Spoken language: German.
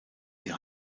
sie